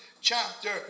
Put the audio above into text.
chapter